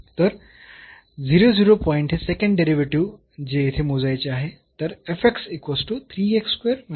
तर पॉईंट हे second derivative जे येथे मोजायचे आहे